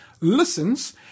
listens